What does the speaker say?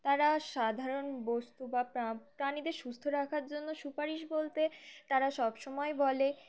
তারা সাধারণ পশু বা প্রাণীদের সুস্থ রাখার জন্য সুপারিশ বলতে তারা সব সব সময় বলে